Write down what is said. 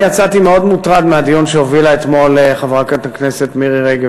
אני יצאתי מאוד מוטרד מהדיון שהובילה אתמול חברת הכנסת מירי רגב,